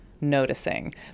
noticing